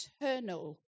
eternal